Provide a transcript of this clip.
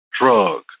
drug